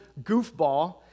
goofball